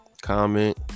Comment